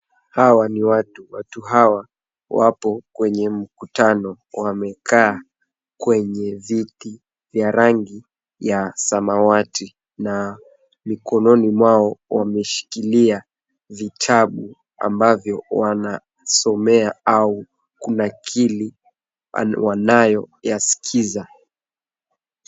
Hawa ni watu, watu hawa wapo kwenye mkutano wamekaa kwenye viti vya rangi ya samawati na mikoni mwao wameshikilia vitabu ambavyo wanasomea au kunakili wanayo yaskiza.